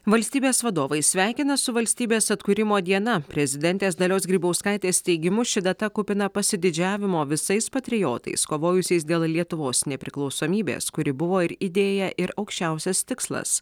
valstybės vadovai sveikina su valstybės atkūrimo diena prezidentės dalios grybauskaitės teigimu ši data kupina pasididžiavimo visais patriotais kovojusiais dėl lietuvos nepriklausomybės kuri buvo ir idėja ir aukščiausias tikslas